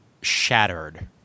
shattered